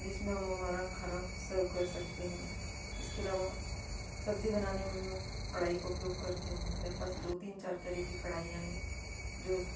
जिसमें हम हमारा खाना सर्व कर सकते हैं इसके अलावा सब्जी बनाने में मैं कढ़ाई का उपयोग करती हूँ मेरे पास दो तीन चार तरह की कढ़ाईयाँ हैं जो